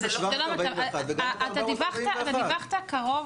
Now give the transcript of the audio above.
אתה דיווחת קרוב